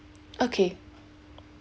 okay